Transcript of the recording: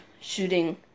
shooting